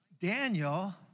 Daniel